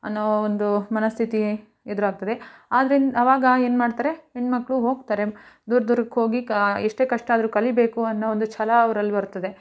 ಅನ್ನೋ ಒಂದು ಮನಸ್ಥಿತಿ ಎದುರಾಗ್ತದೆ ಆದ್ರಿಂದ ಅವಾಗ ಏನು ಮಾಡ್ತಾರೆ ಹೆಣ್ಣುಮಕ್ಳು ಹೋಗ್ತಾರೆ ದೂರ ದೂರಕ್ಕೋಗಿ ಕ ಎಷ್ಟೇ ಕಷ್ಟ ಆದರೂ ಕಲಿಬೇಕು ಅನ್ನೊ ಒಂದು ಛಲ ಅವ್ರಲ್ಲಿ ಬರ್ತದೆ